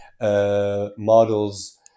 models